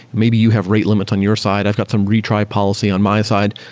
maybe you have rate limits on your side. i've got some retry policy on my side.